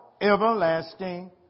everlasting